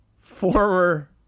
former